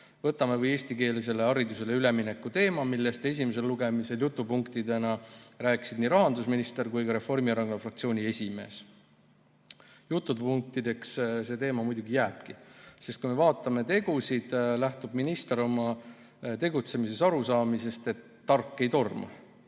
Võtame või eestikeelsele haridusele ülemineku teema, millest esimesel lugemisel jutupunktidena rääkisid nii rahandusminister kui ka Reformierakonna fraktsiooni esimees. Jutupunktideks see teema muidugi jääbki, sest kui me vaatame tegusid, siis näeme, et minister lähtub oma tegutsemises arusaamisest, et tark ei torma.